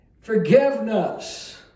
forgiveness